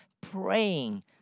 praying